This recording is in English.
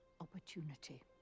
opportunity